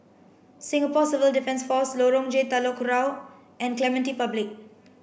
Singapore Civil Defence Force Lorong J Telok Kurau and Clementi Public